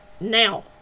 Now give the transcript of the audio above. Now